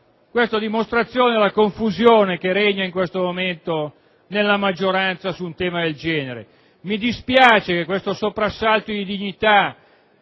a dimostrazione della confusione che regna in questo momento nella maggioranza su un tema del genere. Mi dispiace che questo soprassalto di dignità